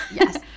Yes